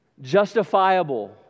justifiable